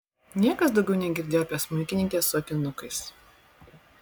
niekas daugiau negirdėjo apie smuikininkę su akinukais